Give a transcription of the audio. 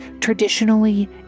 traditionally